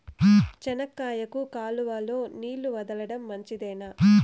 చెనక్కాయకు కాలువలో నీళ్లు వదలడం మంచిదేనా?